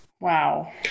Wow